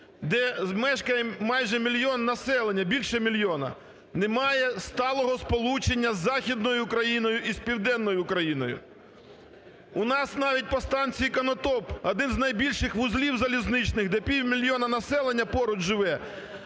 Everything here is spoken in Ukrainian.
де мешкає майже 1 мільйон населення, більше 1 мільйона, не має сталого сполучення з Західною Україною і з Південною Україною. У нас навіть по станції "Конотоп" – один з найбільших вузлів залізничних, де півмільйона населення поруч живе,